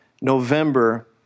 November